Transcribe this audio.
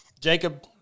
Jacob